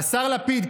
השר לפיד,